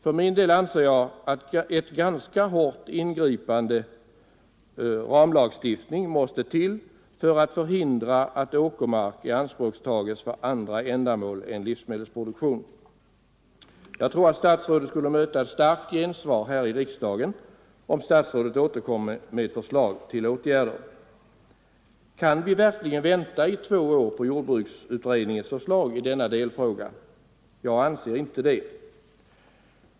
För min del anser jag att ganska hårt ingripande ramlagstiftning måste till för att förhindra att åkermark tas i anspråk för andra ändamål än livsmedelsproduktion. Jag tror att statsrådet skulle möta ett starkt gensvar här i riksdagen om statsrådet återkom med förslag till åtgärder. Kan vi verkligen vänta i två år på jordbruksutredningens förslag i denna fråga? Jag anser inte det.